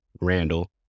Randall